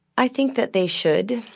i think that they should.